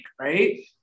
right